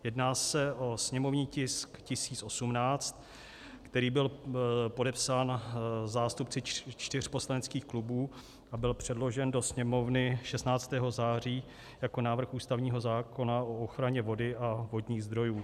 Jedná se o sněmovní tisk 1018, který byl podepsán zástupci čtyř poslaneckých klubů a byl předložen do Sněmovny 16. září jako návrh ústavního zákona o ochraně vody a vodních zdrojů.